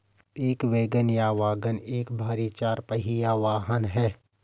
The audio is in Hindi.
एक वैगन या वाग्गन एक भारी चार पहिया वाहन है